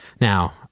Now